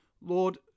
Lord